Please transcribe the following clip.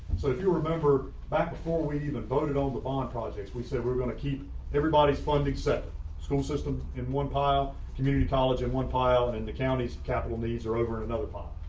so if you remember back before we even voted on the bond projects, we say we're going to keep everybody's funding except school system in one pile, community college in one pile and then and the county's capital needs are over and another pop.